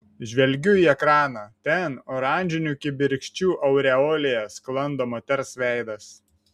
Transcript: žvelgiu į ekraną ten oranžinių kibirkščių aureolėje sklando moters veidas